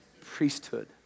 Priesthood